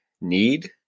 need